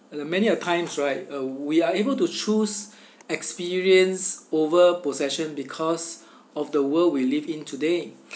many a times right uh we are able to choose experience over possession because of the world we live in today